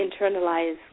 internalize